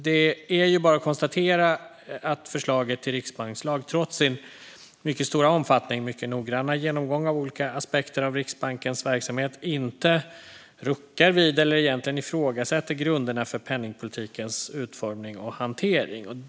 Det är bara att konstatera att förslaget till riksbankslag, trots sin stora omfattning och trots den mycket noggranna genomgången av olika aspekter av Riksbankens verksamhet, inte ruckar på eller egentligen ifrågasätter grunderna för penningpolitikens utformning och hantering.